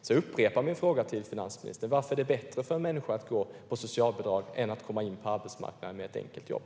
Jag upprepar min fråga till finansministern: Varför är det bättre för människor att gå på socialbidrag än att komma in på arbetsmarknaden med ett enkelt jobb?